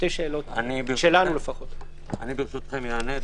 (היו"ר איתן גינזבורג, 09:50) ברשותכם אענה.